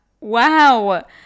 wow